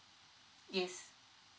yes